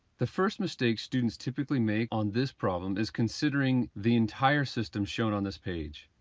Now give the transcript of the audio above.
the first mistake students typically make on this problem is considering the entire system shown on this page.